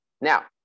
Now